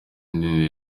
indi